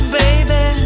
baby